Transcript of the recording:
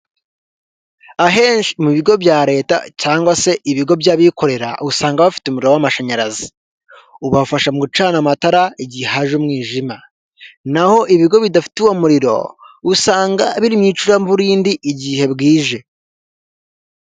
Ahenshi mu bigo bya leta cyangwa se ibigo by'abikorera, usanga bafite umuriro w'amashanyarazi. Ubafasha mu gucana amatara igihe haje umwijima, naho ibigo bidafite uwo muriro usanga biri mu icuraburindi igihe bwije.